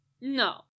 No